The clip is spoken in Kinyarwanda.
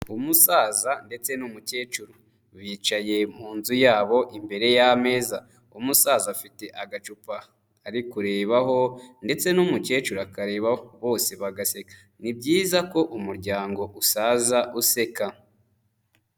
Umusaza ndetse n'umukecuru. Bicaye mu nzu yabo imbere y'ameza. Umusaza afite agacupa ari kurebaho ndetse n'umukecuru akarebaho. Bose bagaseka. Ni byiza ko umuryango usaza useka.